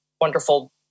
wonderful